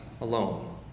alone